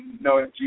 no